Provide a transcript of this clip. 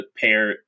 pair